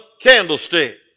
candlestick